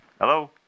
Hello